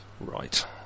Right